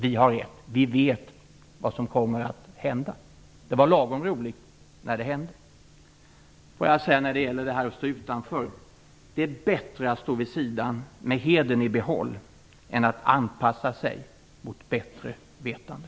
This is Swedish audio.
Vi har rätt. Vi vet vad som kommer att hända. Det var lagom roligt när det hände. Det är bättre att stå vid sidan med hedern i behåll än att anpassa sig mot bättre vetande.